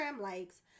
likes